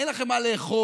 אין לכם מה לאכול,